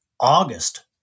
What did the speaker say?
August